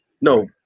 No